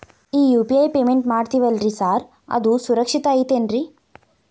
ಈ UPI payment ಮಾಡ್ತೇವಿ ಅಲ್ರಿ ಸಾರ್ ಅದು ಸುರಕ್ಷಿತ್ ಐತ್ ಏನ್ರಿ?